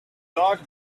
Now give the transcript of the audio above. doc